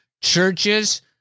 Churches